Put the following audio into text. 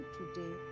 today